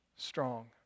strong